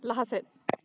ᱞᱟᱦᱟ ᱥᱮᱫ